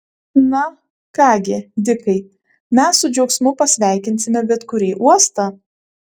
na ką gi dikai mes su džiaugsmu pasveikinsime bet kurį uostą